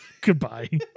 Goodbye